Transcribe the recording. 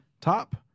top